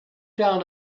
down